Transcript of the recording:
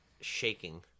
shaking